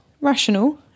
Rational